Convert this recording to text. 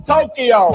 Tokyo